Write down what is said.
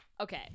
okay